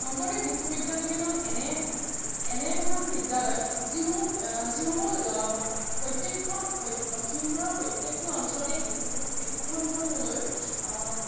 শংকৰদেৱ শিশু বিদ্যা নিকেতন এনে এনে এখন বিদ্যালয় যিসমূহ যিসমূহ প্ৰত্যেকখন লখিমপুৰৰ প্ৰত্যেকটো অঞ্চলতে একো একোখনকৈ হ'লেও